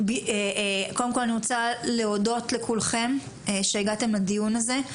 קודם כל אני רוצה להודות לכולכם שהגעתם לדיון הזה,